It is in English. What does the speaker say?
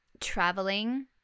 Traveling